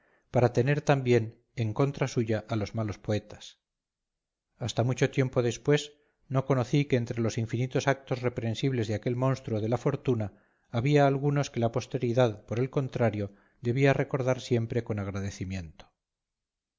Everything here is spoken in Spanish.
para tener también en contra suya a los malos poetas hasta mucho tiempo después no conocí que entre los infinitos actos reprensibles de aquel monstruo de la fortuna había algunos que la posteridad por el contrario debía recordar siempre con agradecimiento